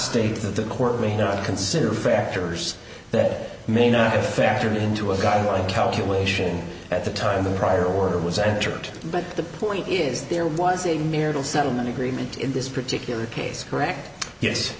state that the court may not consider factors that may not have factored into a god like calculation at the time the prior order was entered but the point is that there was a marital settlement agreement in this particular case correct yes